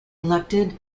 elected